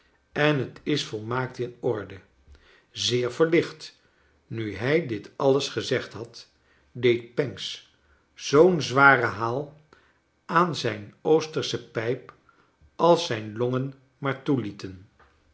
en t is volmaakt in orde zeer verlicht nu hij dit alles gezegd had deed pancks zoo'n zwaren haal aan zijn oostersche pijp als zijn longen maar